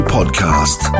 Podcast